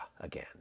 again